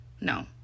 No